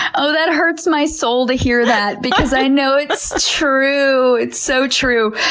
oh that hurts my soul to hear that because i know it's true. it's so true!